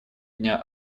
дня